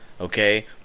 okay